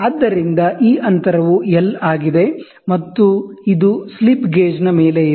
ಆದ್ದರಿಂದ ಈ ಅಂತರವು ಎಲ್ ಆಗಿದೆ ಮತ್ತು ಇದು ಸ್ಲಿಪ್ ಗೇಜ್ನ ಮೇಲೆ ಇದೆ